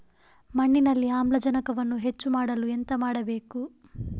ಮಣ್ಣಿನಲ್ಲಿ ಆಮ್ಲಜನಕವನ್ನು ಹೆಚ್ಚು ಮಾಡಲು ಎಂತ ಮಾಡಬೇಕು?